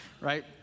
right